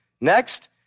Next